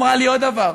אמרה לי עוד דבר: